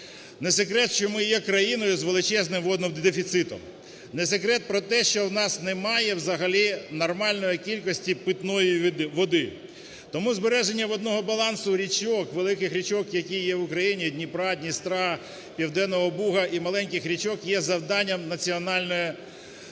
Не секрет, що ми є країною з величезним водним дефіцитом, не секрет про те, що в нас немає взагалі нормальної кількості питної води. Тому збереження водного балансу річок, великих річок, які є в Україні: Дніпра, Дністра, Південного Бугу і маленьких річок, - є завданням національної безпеки.